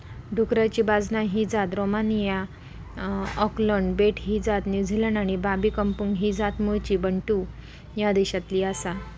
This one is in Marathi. डुकराची बाजना ही जात रोमानिया, ऑकलंड बेट ही जात न्युझीलंड आणि बाबी कंपुंग ही जात मूळची बंटू ह्या देशातली आसा